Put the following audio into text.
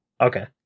Okay